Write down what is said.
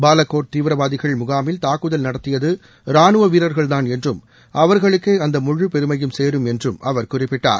பாலகோட் தீவிரவாதிகள் முகாமில் தாக்குதல் நடத்தியது ரானுவ வீரர்கள்தான் என்றும் அவர்களுக்கே அந்த முழுப்பெருமையும் சேரும் என்றும் அவர் குறிப்பிட்டார்